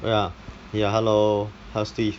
ya ya hello hi steve